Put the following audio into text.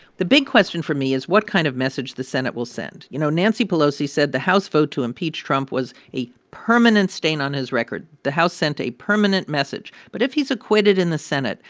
the big question for me is what kind of message the senate will send. you know, nancy pelosi said the house vote to impeach trump was a permanent stain on his record. the house sent a permanent message. but if he's acquitted in the senate,